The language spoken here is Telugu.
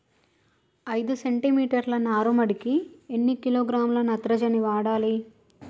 ఐదు సెంటి మీటర్ల నారుమడికి ఎన్ని కిలోగ్రాముల నత్రజని వాడాలి?